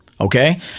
okay